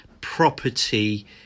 property